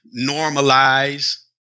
normalize